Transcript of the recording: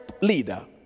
leader